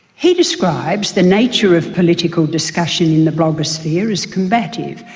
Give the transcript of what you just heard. he describes the nature of political discussion in the blogosphere as combative,